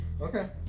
Okay